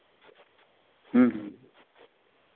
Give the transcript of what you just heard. ᱦᱮᱸ ᱦᱮᱸ